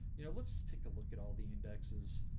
you know let's take a look at all the indexes